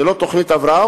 ללא תוכנית הבראה,